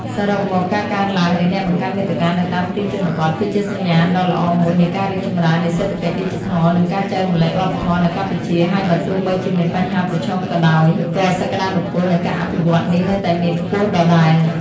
សរុបមក ការកើនឡើងនៃអ្នកបង្កើតមាតិកានៅតាមទីជនបទ គឺជាសញ្ញាណដ៏ល្អមួយនៃការរីកចម្រើននៃសេដ្ឋកិច្ចឌីជីថល និងការចែករំលែកវប្បធម៌នៅកម្ពុជា ហើយបើទោះបីជាមានបញ្ហាប្រឈមក៏ដោយ ក៏សក្តានុពលនៃការអភិវឌ្ឍន៍នេះនៅតែមានខ្ពស់ដដែល។